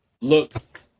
look